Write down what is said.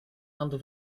under